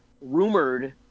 rumored